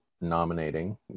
nominating